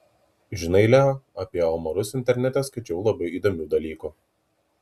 žinai leo apie omarus internete skaičiau labai įdomių dalykų